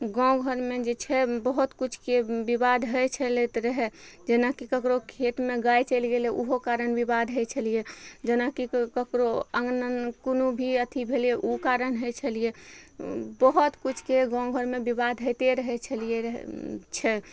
गाँव घरमे जे छै बहुत कुछके विवाद होइ छलैत रहय जेनाकि ककरो खेतमे गाय चलि गेलय उहो कारण विवाद होइ छलियै जेनाकि ककरो अँगना कोनो भी अथी भेलय उ कारण होइ छलियै बहुत किछुके गाँव घरमे विवाद होइते रहय छलियै रह छै